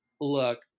look